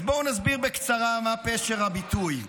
אז בואו נסביר בקצרה מה פשר הביטוי.